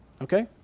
okay